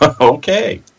Okay